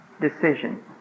decision